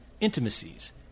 Intimacies